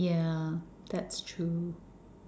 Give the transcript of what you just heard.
yeah that's true